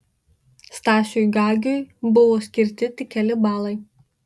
stasiui gagiui buvo skirti tik keli balai